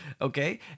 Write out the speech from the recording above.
Okay